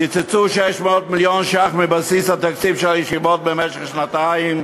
קיצצו 600 מיליון שקל מבסיס התקציב של הישיבות במשך שנתיים,